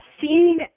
seeing